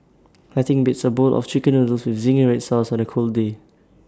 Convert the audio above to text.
nothing beats A bowl of Chicken Noodles with Zingy Red Sauce on A cold day